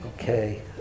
Okay